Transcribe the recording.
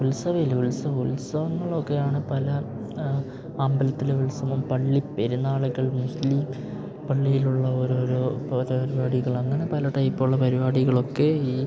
ഉത്സവമേയില്ലേ ഉത്സവം ഉത്സവങ്ങളൊക്കെയാണ് പല അമ്പലത്തിൽ ഉത്സവം പള്ളി പെരുന്നാളുകൾ മുസ്ലീം പള്ളിയിലുള്ള ഓരോരോ ഓരോ പരിപാടികളങ്ങനെ പല ടൈപ്പുള്ള പരിപാടികളൊക്കെ ഈ